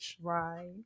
right